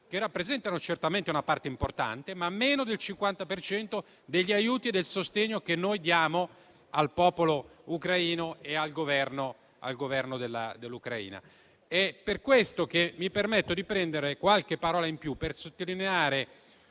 che rappresentano certamente una parte importante, ma meno del 50 per cento degli aiuti e del sostegno che noi diamo al popolo ucraino e al Governo dell'Ucraina. È per questo che mi permetto di spendere qualche parola in più per sottolineare